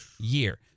year